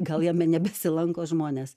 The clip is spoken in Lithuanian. gal jame nebesilanko žmonės